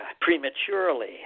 prematurely